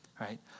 right